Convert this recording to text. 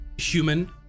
human